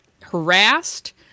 harassed